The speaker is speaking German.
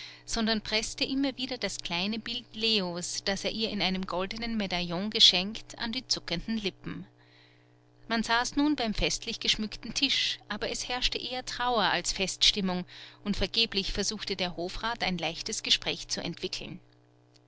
sondern preßte immer wieder das kleine bild leos das er ihr in einem goldenen medaillon geschenkt an die zuckenden lippen man saß nun beim festlich geschmückten tisch aber es herrschte eher trauer als feststimmung und vergeblich versuchte der hofrat ein leichtes gespräch zu entwickeln